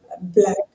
black